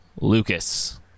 Lucas